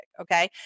okay